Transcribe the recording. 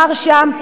יש מרחב.